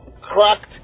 cracked